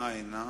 ההגעה הנה.